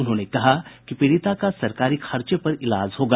उन्होंने कहा कि पीड़िता का सरकारी खर्चे पर इलाज होगा